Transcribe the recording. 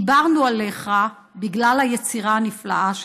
דיברנו עליך בגלל היצירה הנפלאה שלך,